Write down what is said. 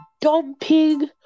dumping